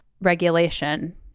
regulation